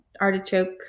artichoke